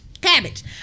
cabbage